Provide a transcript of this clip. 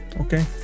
Okay